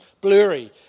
blurry